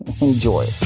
enjoy